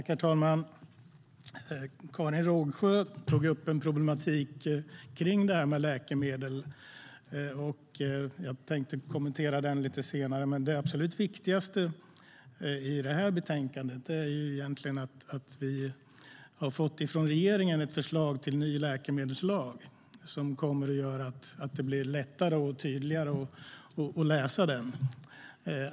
Herr talman! Karin Rågsjö tog upp problematiken kring detta med läkemedel, och jag tänker kommentera den lite senare. Det absolut viktigaste i betänkandet är att vi har fått ett förslag från regeringen till en ny läkemedelslag som blir tydligare och lättare att läsa.